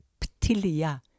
ptilia